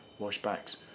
washbacks